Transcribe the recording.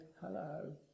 hello